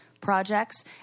projects